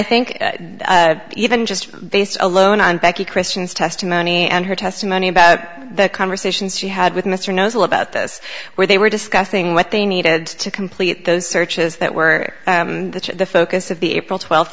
think even just based on alone on becky christian's testimony and her testimony about the conversations she had with mr knows all about this where they were discussing what they needed to complete those searches that were the focus of the april twelfth